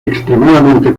extremadamente